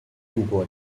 度过